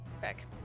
back